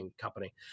company